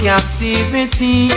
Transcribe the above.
Captivity